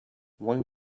one